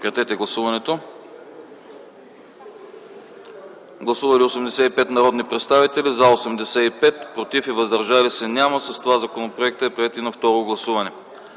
текст. Гласували 85 народни представители: за 85, против и въздържали се няма. С това законопроектът е приет и на второ гласуване.